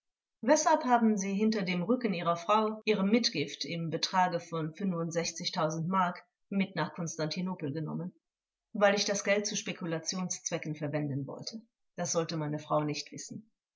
weshalb haben sie hinter dem rücken ihrer frau ihre mitgift im betrage mark mit nach konstantinopel genommen angekl weil ich das geld zu spekulationszwecken verwenden wollte das sollte meine frau nicht wissen